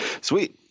sweet